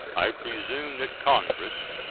i presume that congress,